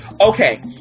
Okay